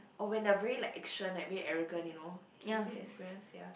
oh when they're very like action like a bit arrogant you know have you experience ya